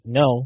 no